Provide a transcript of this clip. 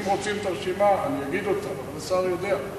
אם רוצים את הרשימה, אני אגיד אותה, השר יודע.